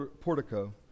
portico